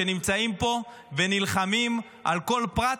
שנמצאים פה ונלחמים על כל פרט